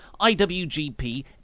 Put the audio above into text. IWGP